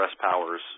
powers